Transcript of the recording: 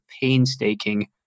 painstaking